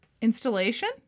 Installation